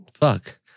fuck